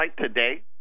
today